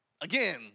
Again